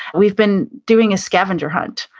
we've been doing a scavenger hunt